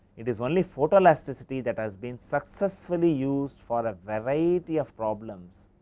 it is only photo elasticity that has been successfully used for a variety of problems